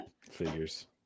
Figures